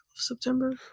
September